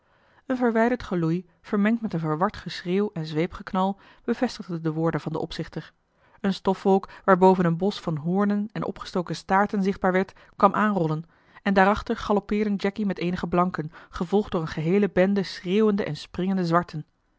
een verwijderd geloei vermengd met een verward geschreeuw en zweepgeknal bevestigde de woorden van den opzichter eene stofwolk waarboven een bosch van hoornen en opgestoken staarten zichtbaar werd kwam aanrollen en daarachter galoppeerden jacky met eenige blanken gevolgd door eene geheele bende schreeuwende en springende zwarten